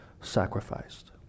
Sacrificed